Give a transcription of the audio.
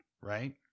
right